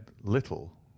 little